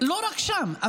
לא רק שם.